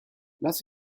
lass